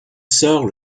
sort